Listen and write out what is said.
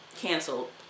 canceled